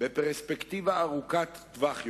בפרספקטיבה ארוכת טווח יותר,